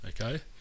okay